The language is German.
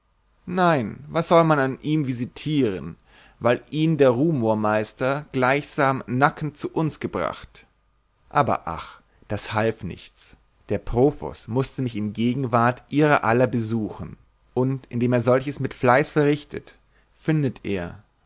nein was sollte man an ihm visitieren weil ihn der rumormeister gleichsam nackend zu uns gebracht aber ach das half nichts der profos mußte mich in gegenwart ihrer aller besuchen und indem er solches mit fleiß verrichtet findet er